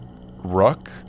rook